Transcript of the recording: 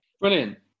brilliant